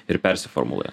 ir persiformuoja